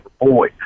boy